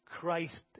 Christ